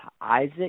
Isaac